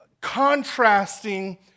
contrasting